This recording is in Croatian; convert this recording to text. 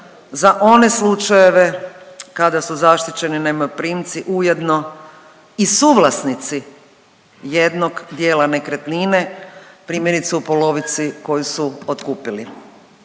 za one slučajeve kada su zaštićeni najmoprimci ujedno i suvlasnici jednog dijela nekretnine, primjerice u polovici koju su otkupili.